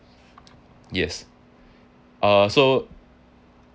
yes uh so